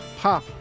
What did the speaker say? pop